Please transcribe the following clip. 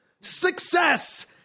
Success